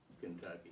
Kentucky